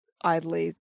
idly